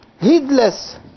heedless